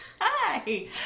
Hi